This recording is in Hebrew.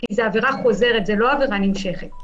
כי זו עבירה חוזרת, זה לא עבירה נמשכת.